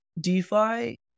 DeFi